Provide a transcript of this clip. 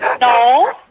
No